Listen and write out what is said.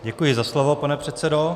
Děkuji za slovo, pane předsedo.